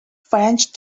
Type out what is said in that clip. french